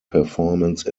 performance